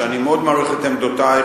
שאני מאוד מעריך את עמדותייך,